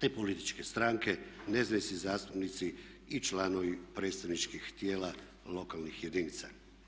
te političke stranke, nezavisni zastupnici i članovi predstavničkih tijela lokalnih jedinica.